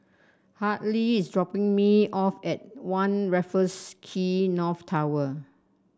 Hadley is dropping me off at One Raffles Quay North Tower